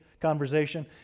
conversation